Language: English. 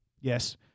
Yes